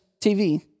TV